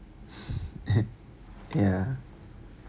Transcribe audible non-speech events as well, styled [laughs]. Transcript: [laughs] ya